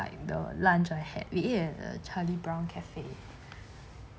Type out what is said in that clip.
like the lunch I had we eat at the charlie brown cafe